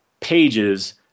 pages